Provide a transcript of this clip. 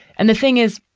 and the thing is,